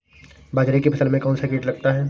बाजरे की फसल में कौन सा कीट लगता है?